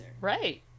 Right